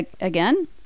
Again